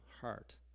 heart